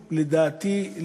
לדעתי,